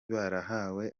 barahawe